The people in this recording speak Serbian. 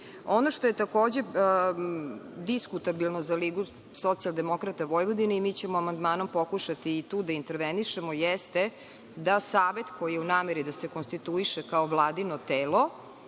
što je takođe diskutabilno za LSV i mi ćemo amandmanom pokušati tu da intervenišemo jeste da savet koji je u nameri da se konstituiše kao vladino telo,